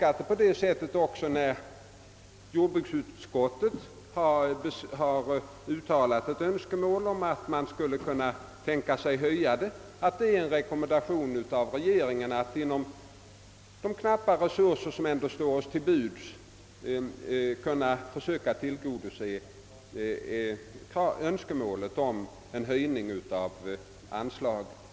Att jordbruksutskottet uttalat önskemål om att detta anslag höjes har jag också uppfattat som en rekommendation till regeringen att inom ramen för de knappa resurser som står till buds försöka tillgodose detta önskemål.